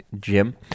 Jim